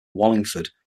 wallingford